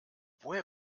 woher